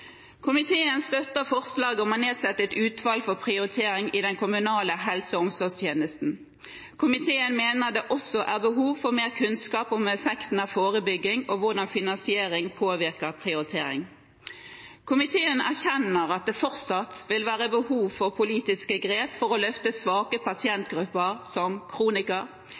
Komiteen støtter forslaget om å nedsette et utvalg for prioritering i den kommunale helse- og omsorgstjenesten. Komiteen mener det også er behov for mer kunnskap om effekten av forebygging og hvordan finansiering påvirker prioritering. Komiteen erkjenner at det fortsatt vil være behov for politiske grep for å løfte svake pasientgrupper som